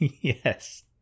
Yes